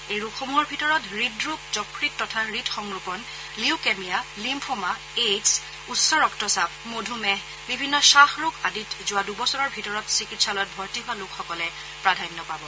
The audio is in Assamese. এই ৰোগসমূহৰ ভিতৰত হৃদৰোগ যকৃত তথা হৃদসংৰোপণ লিউকেমিয়া লিম্ফোমা এইডছ উচ্চৰক্তচাপ মধুমেহ বিভিন্ন খাসৰোগ আদিত যোৱা দুবছৰৰ ভিতৰত চিকিৎসালয়ত ভৰ্তি হোৱা লোকসকলে প্ৰাধান্য পাব